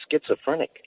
schizophrenic